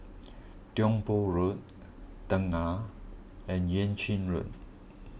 Tiong Poh Road Tengah and Yuan Ching Road